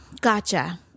gotcha